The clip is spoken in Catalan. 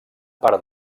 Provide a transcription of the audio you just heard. part